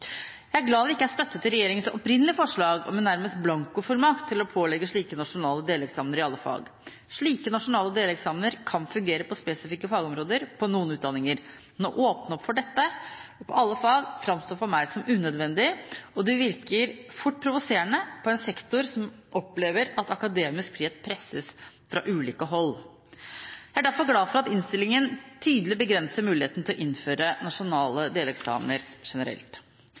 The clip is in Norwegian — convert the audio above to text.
Jeg er glad for at det ikke er støtte til regjeringens opprinnelige forslag om nærmest en blankofullmakt til å pålegge slike nasjonale deleksamener i alle fag. Slike nasjonale deleksamener kan fungere på spesifikke fagområder, på noen utdanninger, men å åpne opp for dette i alle fag framstår for meg som unødvendig, og det virker fort provoserende på en sektor som opplever at akademisk frihet presses fra ulike hold. Jeg er derfor glad for at man i innstillingen tydelig begrenser muligheten til å innføre nasjonale deleksamener generelt.